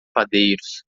padeiros